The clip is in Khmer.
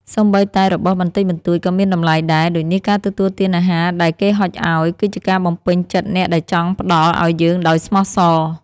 សូម្បីតែរបស់បន្តិចបន្តួចក៏មានតម្លៃដែរ ដូចនេះការទទួលទានអាហារដែលគេហុចឱ្យ គឺជាការបំពេញចិត្តអ្នកដែលចង់ផ្តល់ឱ្យយើងដោយស្មោះសរ។